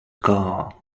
car